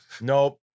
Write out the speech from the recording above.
nope